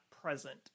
present